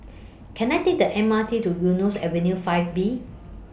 Can I Take The M R T to Eunos Avenue five B